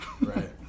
right